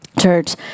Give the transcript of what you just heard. Church